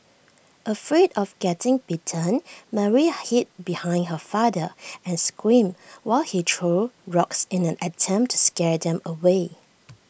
afraid of getting bitten Mary hid behind her father and screamed while he threw rocks in an attempt to scare them away